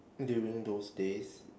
during those days